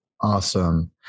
Awesome